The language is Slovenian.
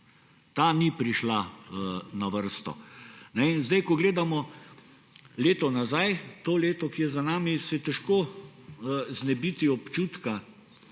Ta ni prišla na vrsto. Ko zdaj gledamo leto nazaj, to leto, ki je za nami, se je težko znebiti občutka,